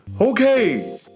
okay